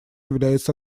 является